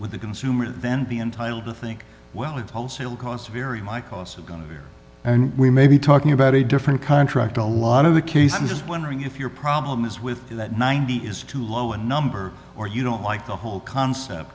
with the consumer then be entitled to think well it's a wholesale cost very my costs are going to hear and we may be talking about a different contract a lot of the case i'm just wondering if your problem is with that ninety is too low a number or you don't like the whole concept